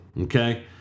Okay